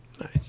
Nice